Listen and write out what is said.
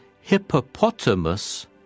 Hippopotamus